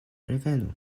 revenu